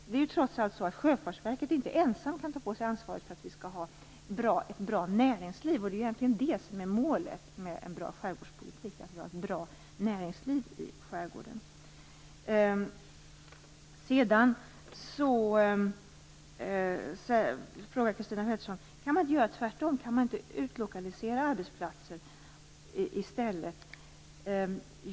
Det är trots allt så att Sjöfartsverket ensamt inte kan ta på sig ansvaret för att vi skall ha ett bra näringsliv. Det är egentligen det som är målet med en bra skärgårdspolitik att vi har ett bra näringsliv i skärgården. Sedan frågar Christina Pettersson: Kan man inte göra tvärtom, kan man inte utlokalisera arbetsplatser i stället?